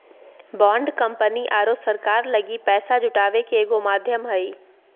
bond company आरो सरकार लगी पैसा जुटावे के एगो माध्यम हइ